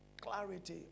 clarity